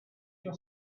was